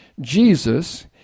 Jesus